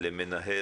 להגיד למנהל,